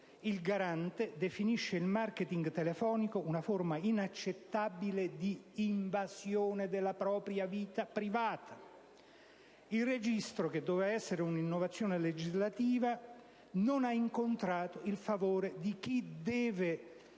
il Garante ha definito il *marketing* telefonico una forma inaccettabile d'invasione della propria vita privata. Il registro, che doveva essere un'innovazione legislativa, non ha incontrato il favore di chi deve